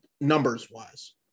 numbers-wise